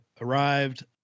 arrived